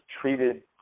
treated